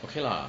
okay lah